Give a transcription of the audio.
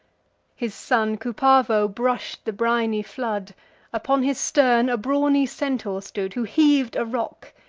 his son cupavo brush'd the briny flood upon his stern a brawny centaur stood, who heav'd a rock,